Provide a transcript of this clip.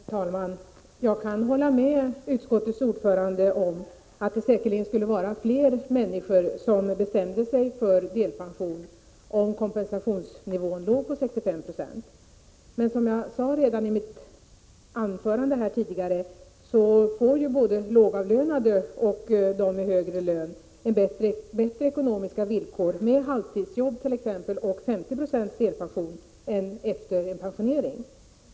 Herr talman! Jag kan hålla med utskottets ordförande om att det säkerligen skulle vara flera människor som bestämde sig för delpension om kompensationsnivån låg på 65 70. Men som jag sade redan i mitt anförande får både de lågavlönade och de med högre löner bättre ekonomiska villkor medt.ex. halvtidsjobb och 50 96 delpension än de får efter en pensionering.